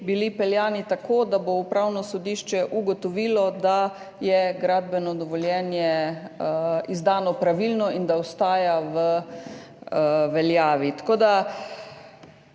peljani tako, da bo Upravno sodišče ugotovilo, da je gradbeno dovoljenje izdano pravilno in da ostaja v veljavi. V